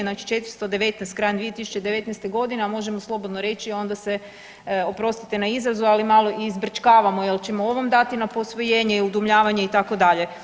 Znači 419 krajem 2019. godine, a možemo slobodno reći onda se oprostite na izrazu ali malo i izbrčkavamo jel ćemo ovom dati na posvojenje i udomljavanje itd.